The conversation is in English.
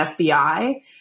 FBI